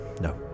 No